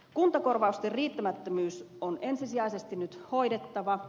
kuntakorvausten riittämättömyys on ensisijaisesti nyt hoidettava